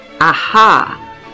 aha